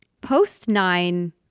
Post-nine